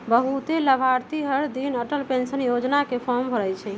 बहुते लाभार्थी हरदिन अटल पेंशन योजना के फॉर्म भरई छई